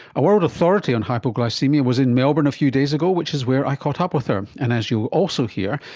a world authority on hypoglycaemia was in melbourne a few days ago, which is where i caught up with her. and as you'll also hear,